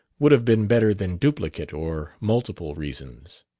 would have been better than duplicate or multiple reasons.